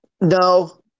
no